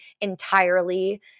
entirely